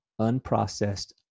unprocessed